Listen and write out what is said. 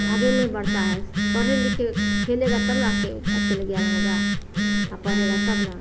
आगे में बढ़ता है पढ़े लिखे खेलेगा तब न अके अकेले ज्ञान होगा औ पढ़ेगा तब न